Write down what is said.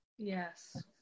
Yes